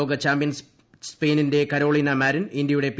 ലോക ചാമ്പ്യൻ സ്പെയിനിന്റെ Carolina Marin ഇന്ത്യയുടെ പി